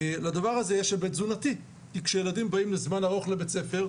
לדבר הזה יש היבט תזונתי כי כשהילדים באים לזמן ארוך לבית הספר,